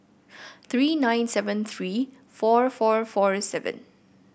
three nine seven three four four four seven